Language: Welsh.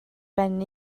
ben